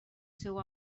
seu